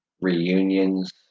reunions